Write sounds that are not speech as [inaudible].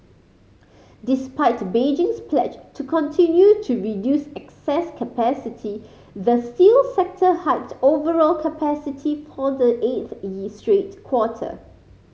despite Beijing's pledge to continue to reduce excess capacity the steel sector hiked overall capacity for the eighth [unintelligible] straight quarter